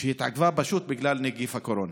שהתעכבה פשוט בגלל נגיף הקורונה?